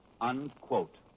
Unquote